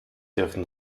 dürfen